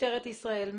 משטרת ישראל,